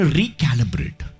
recalibrate